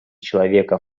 человека